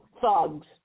thugs